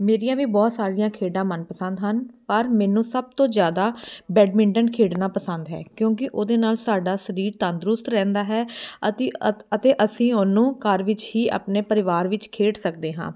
ਮੇਰੀਆਂ ਵੀ ਬਹੁਤ ਸਾਰੀਆਂ ਖੇਡਾਂ ਮਨਪਸੰਦ ਹਨ ਪਰ ਮੈਨੂੰ ਸਭ ਤੋਂ ਜ਼ਿਆਦਾ ਬੈਡਮਿੰਟਨ ਖੇਡਣਾ ਪਸੰਦ ਹੈ ਕਿਉਂਕਿ ਉਹਦੇ ਨਾਲ਼ ਸਾਡਾ ਸਰੀਰ ਤੰਦਰੁਸਤ ਰਹਿੰਦਾ ਹੈ ਅਤੇ ਅਸੀਂ ਉਹਨੂੰ ਘਰ ਵਿੱਚ ਹੀ ਆਪਣੇ ਪਰਿਵਾਰ ਵਿੱਚ ਖੇਡ ਸਕਦੇ ਹਾਂ